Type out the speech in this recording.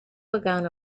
begun